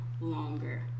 longer